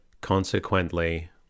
Consequently